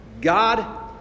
God